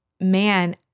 man